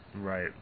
Right